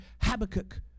Habakkuk